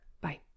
Bye